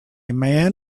man